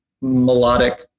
melodic